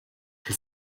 elle